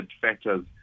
factors